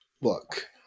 Look